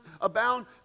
abound